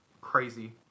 crazy